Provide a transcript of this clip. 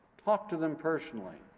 talk to them personally.